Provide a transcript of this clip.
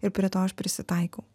ir prie to aš prisitaikau